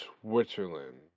Switzerland